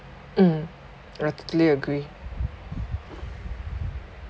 mm I totally agree